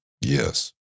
yes